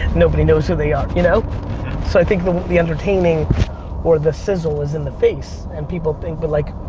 nobody knows who they are, you know? mm-hmm. so i think the the entertaining or the sizzle is in the face and people think but like,